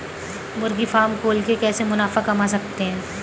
मुर्गी फार्म खोल के कैसे मुनाफा कमा सकते हैं?